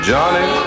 Johnny